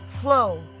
flow